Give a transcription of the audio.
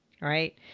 Right